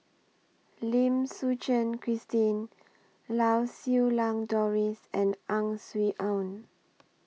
Lim Suchen Christine Lau Siew Lang Doris and Ang Swee Aun